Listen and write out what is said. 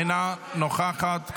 אינה נוכחת,